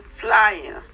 flying